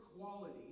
quality